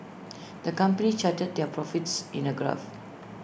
the company charted their profits in A graph